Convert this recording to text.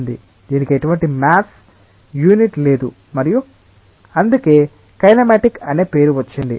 దీనికి ఎటువంటి maths unit లేదు మరియు అందుకే కైనమటిక్ అనే పేరు వచ్చింది